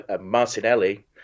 Martinelli